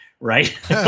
right